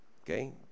Okay